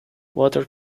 water